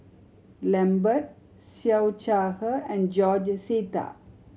Lambert Siew Shaw Her and George Sita